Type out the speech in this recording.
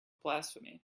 blasphemy